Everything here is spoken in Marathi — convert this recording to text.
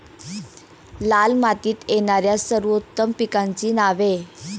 लाल मातीत येणाऱ्या सर्वोत्तम पिकांची नावे?